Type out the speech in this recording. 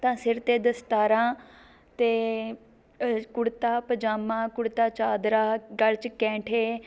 ਤਾਂ ਸਿਰ 'ਤੇ ਦਸਤਾਰਾਂ ਅਤੇ ਕੁੜਤਾ ਪਜਾਮਾ ਕੁੜਤਾ ਚਾਦਰਾ ਗਲ਼ 'ਚ ਕੈਂਠੇ